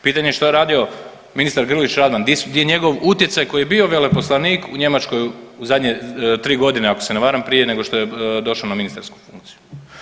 Pitanje je što je radio ministar Grlić Radman, gdje je njegov utjecaj koji je bio veleposlanik u Njemačkoj u zadnje tri godine ako se ne varam prije nego što je došao na ministarsku funkciju?